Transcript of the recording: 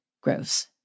Gross